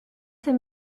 ces